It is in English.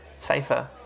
safer